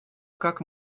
как